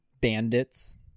bandits